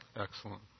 excellent